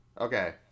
Okay